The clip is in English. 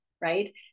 right